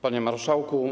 Panie Marszałku!